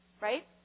right